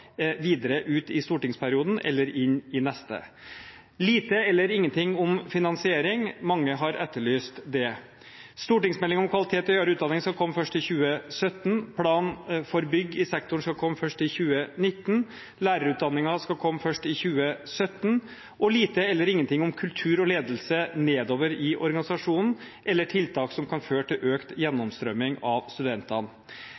videre ut i stortingsperioden, eller inn i neste. Det er lite eller ingenting om finansiering, mange har etterlyst det. Stortingsmelding om kvalitet i høyere utdanning skal komme først i 2017, plan for bygg i sektoren skal komme først i 2019, lærerutdanningen skal komme først i 2017, og det er lite eller ingenting om kultur og ledelse nedover i organisasjonen eller tiltak som kan føre til økt gjennomstrømming av studentene.